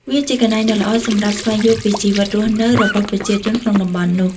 វាជាកន្លែងដ៏ល្អសម្រាប់ស្វែងយល់ពីជីវិតរស់នៅរបស់ប្រជាជនក្នុងតំបន់នោះ។